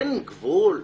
אין גבול?